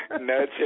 No